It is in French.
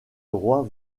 droits